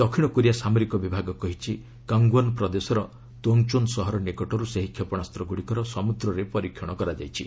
ଦକ୍ଷିଣକୋରିଆ ସାମରିକ ବିଭାଗ କହିଛି କାଙ୍ଗଓନ୍ ପ୍ରଦେଶର ତୋଙ୍ଗଚୋନ୍ ସହର ନିକଟରୁ ସେହି କ୍ଷେପଣାସ୍ତ୍ରଗୁଡ଼ିକର ସମୁଦ୍ରରେ ପରୀକ୍ଷଣ କରାଯାଇଛି